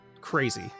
crazy